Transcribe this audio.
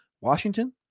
Washington